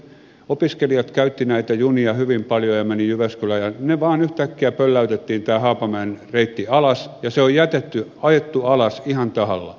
opiskelijat käyttivät näitä junia hyvin paljon ja menivät jyväskylään ja yhtäkkiä vain pölläytettiin tämä haapamäen reitti alas ja se on jätetty ajettu alas ihan tahallaan